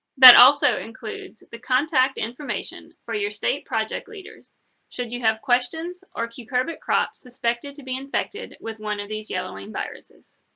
that also includes the contact information for your state project leaders should you have questions or cucurbit crops suspected to be infected with one of these yellowing viruses.